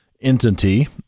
entity